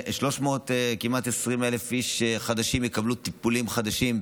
כמעט 320,000 איש חדשים יקבלו טיפולים חדשים,